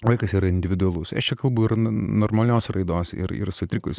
vaikas yra individualus aš čia kalbu ir no normalios raidos ir ir sutrikus